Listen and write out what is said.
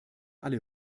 alle